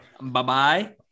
Bye-bye